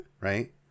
right